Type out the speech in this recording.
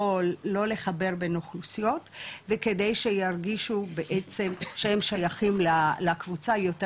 לחבר בין אוכלוסיות וכדי שירגישו בעצם שהן שייכות לקבוצה יותר